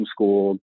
homeschooled